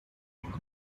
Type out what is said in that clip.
link